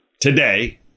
today